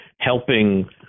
helping